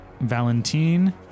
valentine